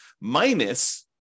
minus